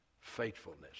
faithfulness